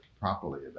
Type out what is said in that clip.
Properly